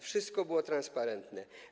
Wszystko było transparentne.